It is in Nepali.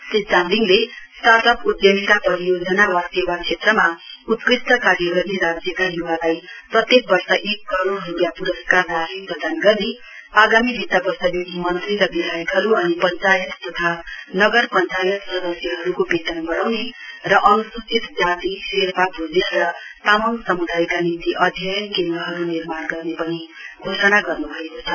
श्री चामलिङले स्टार्ट अप उधमिता परियोजना वा सेवा क्षेत्रमा उत्कृष्ट कार्य गर्ने राज्यका य्वालाई प्रत्येक वर्ष एक करोड़ रुपियाँ प्रस्कार राशि प्रदान गर्ने आगामी वित वर्षदेखि मन्त्री र विधायकहरु अनि पंचायत तथा नगर पंचायत सदस्यहरुको वेतन बढाउने र अनुसूचित जाति शेर्पा भुजले र तामङ समुदायका निम्ति अध्ययन केन्द्रहरु निर्माण गर्ने पनि घोषणा गर्न्भएको छ